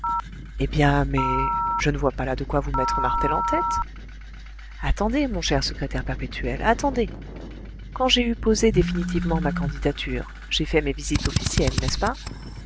eh bien mais je ne vois pas là de quoi vous mettre martel en tête attendez mon cher secrétaire perpétuel attendez quand j'ai eu posé définitivement ma candidature j'ai fait mes visites officielles n'est-ce pas